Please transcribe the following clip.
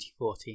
2014